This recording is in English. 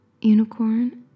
unicorn